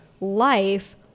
life